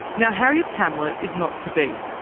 now harriet's hamlet is not to be,